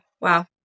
Wow